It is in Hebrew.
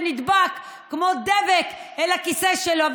שנדבק כמו דבק אל הכיסא שלו.